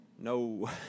No